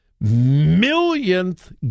millionth